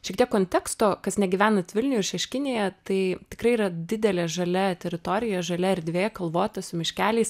šiek tiek konteksto kas negyvenat vilniuj šeškinėje tai tikrai yra didelė žalia teritorija žalia erdvė kalvota su miškeliais